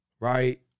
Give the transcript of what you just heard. Right